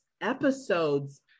episodes